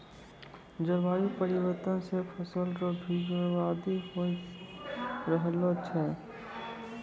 जलवायु परिवर्तन से फसल रो भी बर्बादी हो रहलो छै